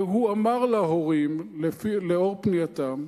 והוא אמר להורים, לאור פנייתם,